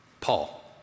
Paul